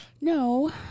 no